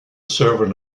servant